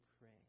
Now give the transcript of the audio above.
pray